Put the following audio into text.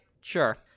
Sure